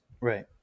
Right